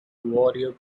warrior